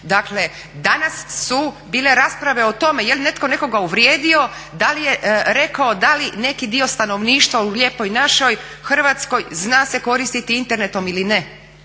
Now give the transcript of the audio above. "Dakle, danas su bile rasprave o tome je li netko nekoga uvrijedio, da li je rekao da neki dio stanovništva u lijepoj našoj Hrvatskoj zna se koristiti internetom ili ne."